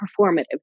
performative